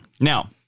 Now